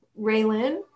Raylan